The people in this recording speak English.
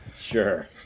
Sure